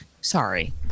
Sorry